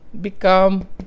become